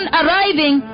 arriving